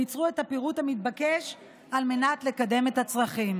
ייצרו את הפירוט המתבקש על מנת לקדם את הצרכים.